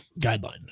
guideline